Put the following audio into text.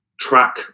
track